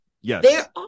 Yes